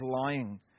lying